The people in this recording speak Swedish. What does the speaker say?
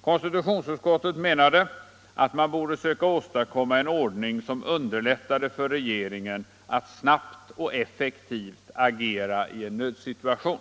Konstitutionsutskottet menade att man borde söka åstadkomma en ordning som underlättade för regeringen att snabbt och effektivt agera i en nödsituation.